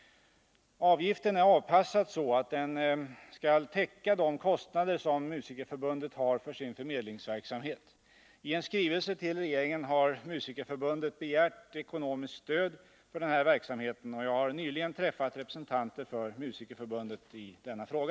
Avgiften är avpassad så att den skall täcka de kostnader som Musikerförbundet har för sin förmedlingsverksamhet. I en skrivelse till regeringen har Musikerförbundet begärt ekonomiskt stöd för denna verksamhet, och jag har nyligen träffat representanter för Musikerförbundet i denna fråga.